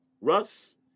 Russ